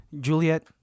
Juliet